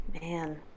man